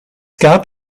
gab